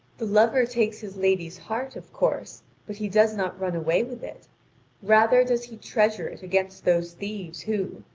the lover takes his lady's heart, of course, but he does not run away with it rather does he treasure it against those thieves who,